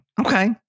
Okay